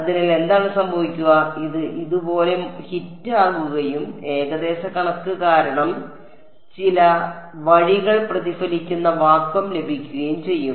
അതിനാൽ എന്താണ് സംഭവിക്കുക ഇത് ഇതുപോലെ ഹിറ്റാകുകയും ഏകദേശ കണക്ക് കാരണം ചില വഴികൾ പ്രതിഫലിക്കുന്ന വാക്വം ലഭിക്കുകയും ചെയ്യും